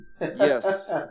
Yes